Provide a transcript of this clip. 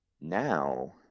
now